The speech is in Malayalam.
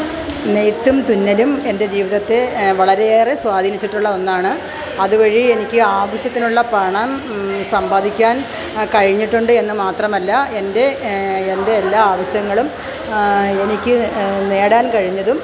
നെയ്ത്തും തുന്നലും എൻ്റെ ജീവിതത്തെ വളരെയേറെ സ്വാധീനിച്ചിട്ടുള്ള ഒന്നാണ് അതു വഴി എനിക്ക് ആവശ്യത്തിനുള്ള പണം സമ്പാദിക്കാൻ കഴിഞ്ഞിട്ടുണ്ട് എന്നു മാത്രമല്ല എൻ്റെ എൻറ്റെയെല്ലാം ആവശ്യങ്ങളും എനിക്ക് നേടാൻ കഴിഞ്ഞതും